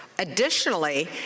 Additionally